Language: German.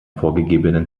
vorgegebenen